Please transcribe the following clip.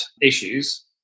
issues